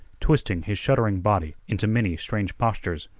twisting his shuddering body into many strange postures.